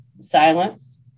silence